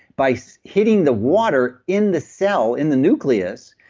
by so hitting the water in the cell, in the nucleus,